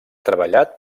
treballat